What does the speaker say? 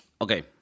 okay